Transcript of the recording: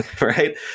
right